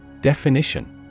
Definition